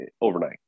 overnight